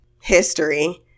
history